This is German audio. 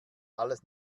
alles